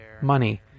money